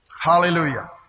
Hallelujah